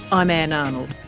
i'm ann arnold